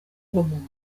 rw’umuntu